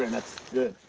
and that's good.